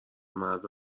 مرد